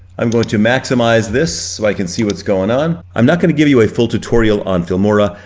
i'm going to maximize this so i can see what's going on. i'm not gonna give you a full tutorial on filmora.